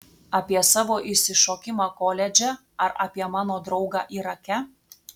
apie savo išsišokimą koledže ar apie mano draugą irake